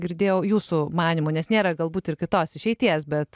girdėjau jūsų manymu nes nėra galbūt ir kitos išeities bet